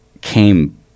came